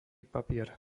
papier